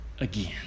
again